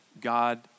God